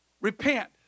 repent